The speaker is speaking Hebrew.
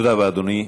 תודה רבה, אדוני.